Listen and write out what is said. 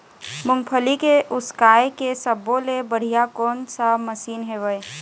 मूंगफली के उसकाय के सब्बो ले बढ़िया कोन सा मशीन हेवय?